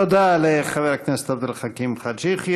תודה לחבר הכנסת עבד אל חכים חאג' יחיא.